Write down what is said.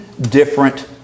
different